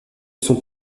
sont